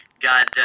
God